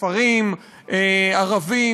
כפרים ערביים,